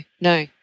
no